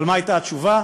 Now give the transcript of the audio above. אבל מה הייתה התשובה?